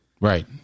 Right